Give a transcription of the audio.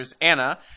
Anna